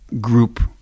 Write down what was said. group